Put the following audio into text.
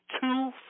two